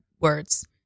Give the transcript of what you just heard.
words